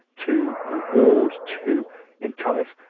to reward, to entice,